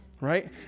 Right